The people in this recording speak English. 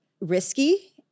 risky